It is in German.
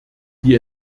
die